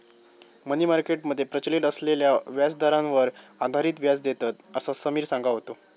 मनी market मध्ये प्रचलित असलेल्या व्याजदरांवर आधारित व्याज देतत, असा समिर सांगा होतो